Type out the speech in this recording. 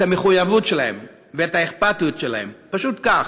את המחויבות שלהם ואת האכפתיות שלהם, פשוט כך.